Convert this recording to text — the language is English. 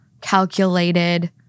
calculated